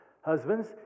Husbands